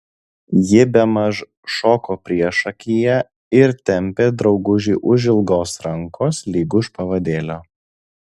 ji bemaž šoko priešakyje ir tempė draugužį už ilgos rankos lyg už pavadėlio